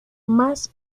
más